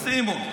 סימון.